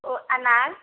ओ अनार